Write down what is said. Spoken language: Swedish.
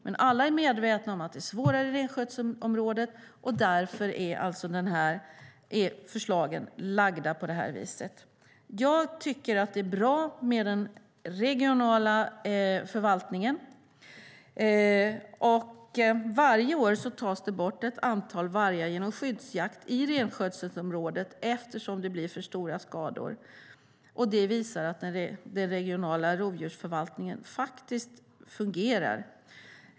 Men alla är medvetna om att det är svårare i renskötselområdet, och därför är förslagen lagda på detta vis. Jag tycker att det är bra med den regionala förvaltningen. Varje år tas det bort ett antal vargar genom skyddsjakt i renskötselområdet eftersom det blir för stora skador. Det visar att den regionala rovdjursförvaltningen faktiskt fungerar.